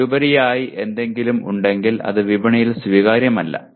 അതിലുപരിയായി എന്തെങ്കിലും ഉണ്ടെങ്കിൽ അത് വിപണിയിൽ സ്വീകാര്യമാകില്ല